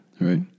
right